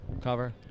cover